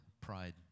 pride